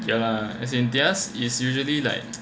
ya lah as in their is usually like